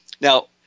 Now